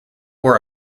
were